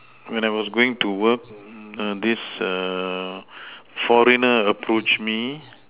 when I was going to work err this err foreigner approached me